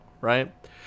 right